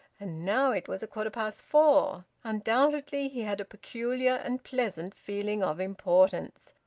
and now it was a quarter past four. undoubtedly he had a peculiar, and pleasant, feeling of importance.